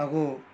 ତାକୁ